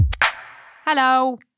Hello